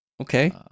Okay